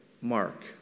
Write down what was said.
Mark